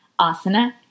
asana